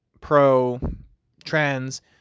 pro-trans